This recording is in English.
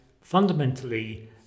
Fundamentally